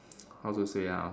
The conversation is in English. how to say ah